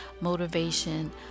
motivation